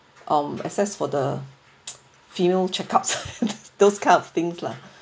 um access for the female check-ups those kind of things lah